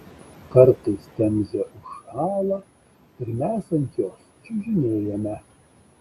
kartais temzė užšąla ir mes ant jos čiužinėjame